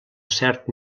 cert